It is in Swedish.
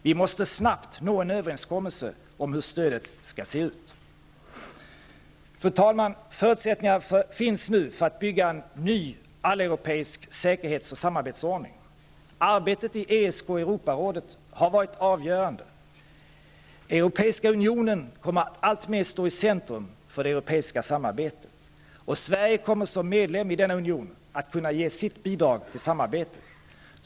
Vi måste snabbt nå en överenskommelse om hur stödet skall se ut. Fru talman! Förutsättningarna finns nu att bygga en ny alleuropeisk säkerhets och samarbetsordning. Arbetet i ESK och Europarådet har varit avgörande. Europeiska unionen kommer att alltmer stå i centrum för det europeiska samarbetet. Sverige kommer som medlem i denna union att kunna ge sitt bidrag till samarbetet.